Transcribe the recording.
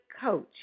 coach